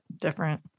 different